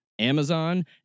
Amazon